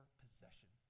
possession